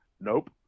Nope